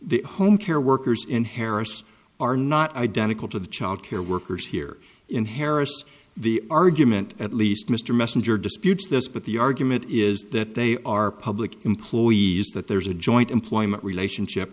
the home care workers in harris are not identical to the childcare workers here in harris the argument at least mr messenger disputes this but the argument is that they are public employees that there's a joint employment relationship